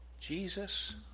Jesus